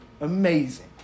Amazing